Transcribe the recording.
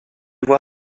vois